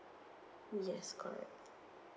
yes correct